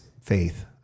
faith